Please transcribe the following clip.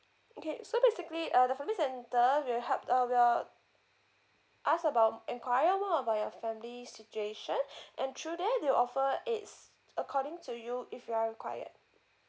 okay so basically uh the family centre will help uh will ask about enquire more about your family situation and through there they'll offer aids according to you if you're required